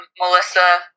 Melissa